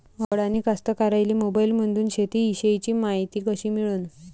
अडानी कास्तकाराइले मोबाईलमंदून शेती इषयीची मायती कशी मिळन?